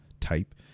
type